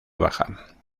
baja